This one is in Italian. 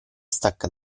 stacca